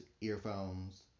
earphones